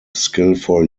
skilful